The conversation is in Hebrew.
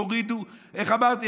תורידו איך אמרתי?